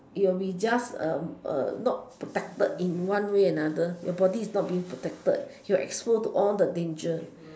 you'll be just not protected in one way another your body is not being protected you're exposed to all the dangers